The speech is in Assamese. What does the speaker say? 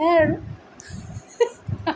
সেয়াই আৰু